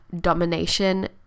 domination